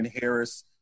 Harris